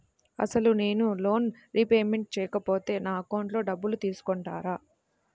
అసలు నేనూ loan repayment చేయకపోతే నా అకౌంట్లో డబ్బులు తీసుకుంటారా?